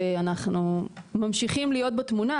אנחנו ממשיכים להיות בתמונה,